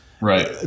Right